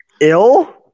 Ill